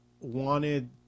wanted